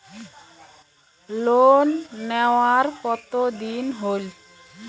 Loan নেওয়ার কতদিন হইল?